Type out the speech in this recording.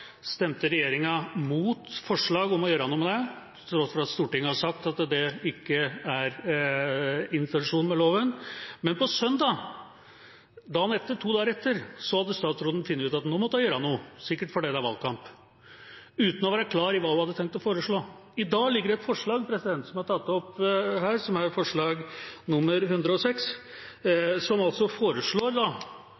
stemte regjeringa mot forslag om å gjøre noe med det, til tross for at Stortinget har sagt at det ikke er intensjonen med loven, men på søndag – to dager etter – hadde statsråden funnet ut at nå måtte hun gjøre noe, sikkert fordi det er valgkamp, uten å være klar på hva hun hadde tenkt å foreslå. I dag ligger det et forslag som er tatt opp her, forslag nr. 106, som er et konkret forslag